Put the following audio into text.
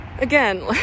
Again